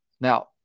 Now